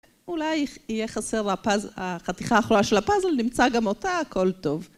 אולי יהיה חסר החתיכה האחרונה של הפאזל, נמצא גם אותה, הכל טוב.